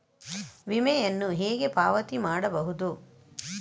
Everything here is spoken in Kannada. ವಿಮೆಯನ್ನು ಹೇಗೆ ಪಾವತಿ ಮಾಡಬಹುದು?